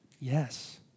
Yes